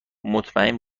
مطمئن